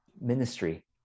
ministry